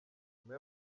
nyuma